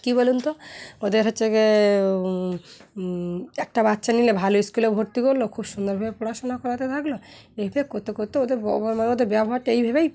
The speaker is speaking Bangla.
কী বলুন তো ওদের হচ্ছে গিয়ে একটা বাচ্চা নিলে ভালো স্কুলে ভর্তি করলো খুব সুন্দরভাবে পড়াশোনা করাতে থাকলো দেখ দেখ করতে করতে ওদের মানে ওদের ব্যবহারটা এইভোবেই